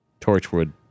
Torchwood